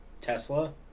Tesla